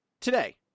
today